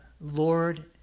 Lord